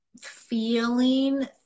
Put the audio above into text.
feeling